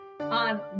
on